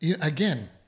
again